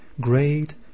Great